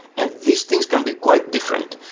and these things can be quite different.